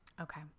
Okay